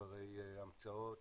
אחרי המצאות,